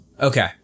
Okay